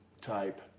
type